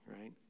right